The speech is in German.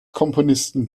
komponisten